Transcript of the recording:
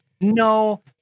no